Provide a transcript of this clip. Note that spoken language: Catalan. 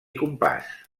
compàs